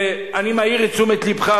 ואני מעיר את תשומת לבך,